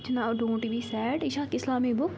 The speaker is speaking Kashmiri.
تتھ چھُ ناو ڈونٛٹ بی سیٚڈ یہِ چھِ اَکھ اِسلامِک بُک